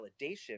validation